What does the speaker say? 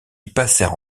passèrent